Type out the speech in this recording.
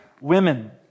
women